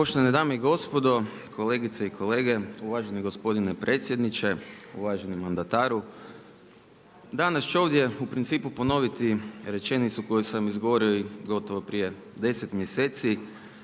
Poštovane dame i gospodo, kolegice i kolege, uvaženi gospodine predsjedniče, uvaženi mandataru danas ću ovdje u principu ponoviti rečenicu koju sam izgovorio i gotovo prije 10 mjeseci.